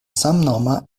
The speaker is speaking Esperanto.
samnoma